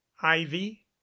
Ivy